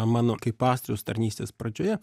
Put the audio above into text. mano kaip pastoriaus tarnystės pradžioje